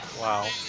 Wow